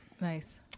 Nice